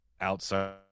outside